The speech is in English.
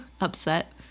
upset